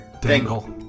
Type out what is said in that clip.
Dangle